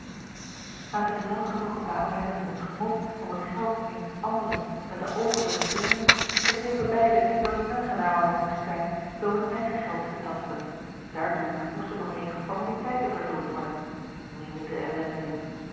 na zich lang genoeg gebaad te hebben in het genot om het geld eens anderen met de oogen te verslinden begrepen beide dat het aangenamer nog moest zijn zoo hun eigen geld te betasten daartoe moesten nog eenige formaliteiten vervuld worden meende de